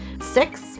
Six